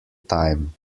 time